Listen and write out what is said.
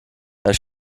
herr